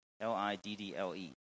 L-I-D-D-L-E